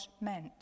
meant